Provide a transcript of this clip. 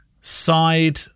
side